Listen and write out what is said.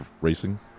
racing